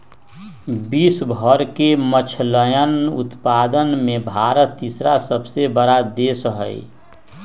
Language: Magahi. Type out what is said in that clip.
विश्व भर के मछलयन उत्पादन में भारत तीसरा सबसे बड़ा देश हई